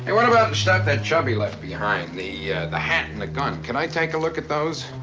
and what about the stuff that chubby left behind, the the hat and the gun? can i take a look at those?